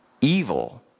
evil